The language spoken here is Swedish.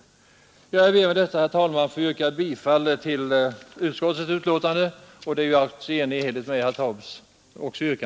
22 november 1972 Jag ber med detta, herr talman, att i likhet med herr Taube få yrka